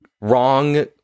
wrong